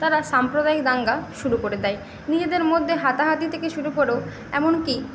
তারা সাম্প্রদায়িক দাঙ্গা শুরু করে দেয় নিজেদের মধ্যে হাতাহাতি থেকে শুরু করেও এমনকি